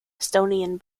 estonian